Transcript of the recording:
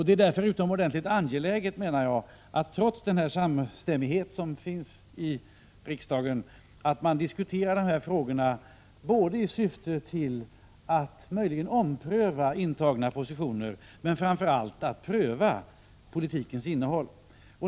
Det är därför utomordentligt angeläget, anser jag, att trots den samstämmighet som finns i riksdagen diskutera dessa frågor både i syfte att möjligen ompröva redan intagna positioner och, framför allt, att pröva politikens innehåll.